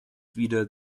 wieder